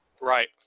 Right